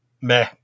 Meh